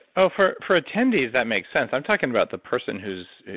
oh, for for attendees that makes sense. i'm talking about the person who's,